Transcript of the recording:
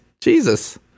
Jesus